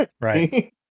right